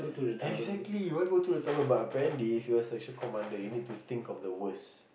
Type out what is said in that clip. exactly why go to the but apparently if you are a section commander you need to think of the worst